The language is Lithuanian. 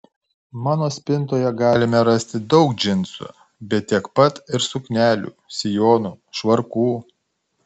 mano spintoje galime rasti daug džinsų bet tiek pat ir suknelių sijonų švarkų